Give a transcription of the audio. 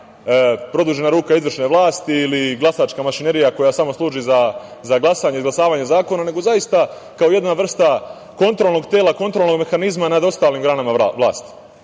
produžena ruka izvršne vlasti ili glasačka mašinerija koja samo služi za glasanje i izglasavanje zakona, nego zaista kao jedna vrsta kontrolnog tela, kontrolnog mehanizma nad ostalim granama vlasti. Kada